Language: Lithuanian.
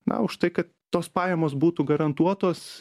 na už tai kad tos pajamos būtų garantuotos